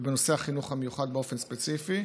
ובנושא החינוך המיוחד באופן ספציפי.